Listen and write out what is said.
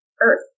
Earth